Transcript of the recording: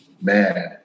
man